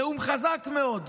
נאום חזק מאוד,